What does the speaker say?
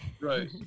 Right